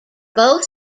both